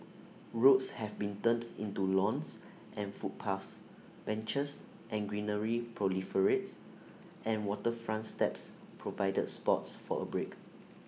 roads have been turned into lawns and footpaths benches and greenery proliferates and waterfront steps provide spots for A break